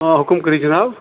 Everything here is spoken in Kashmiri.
آ حُکُم کٔرِو جَناب